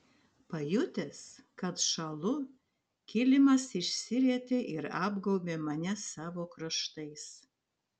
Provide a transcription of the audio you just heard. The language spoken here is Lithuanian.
pajutęs kad šąlu kilimas išsirietė ir apgaubė mane savo kraštais